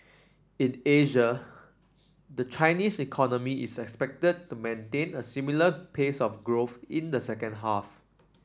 in Asia the Chinese economy is expected to maintain a similar pace of growth in the second half